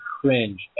cringe